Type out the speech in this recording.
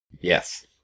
Yes